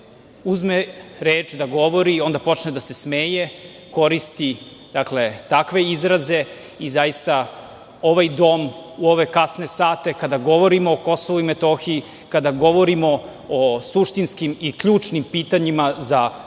uzme reč da govori i onda počne da se smeje, koristi takve izraze koji su zaista za ovaj dom u ove kasne sate, kada govorimo o Kosovu i Metohiji, kada govorimo o suštinskim i ključnim pitanjima za